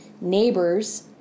neighbors